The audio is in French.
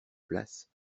place